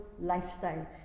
lifestyle